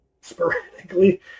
sporadically